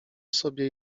sobie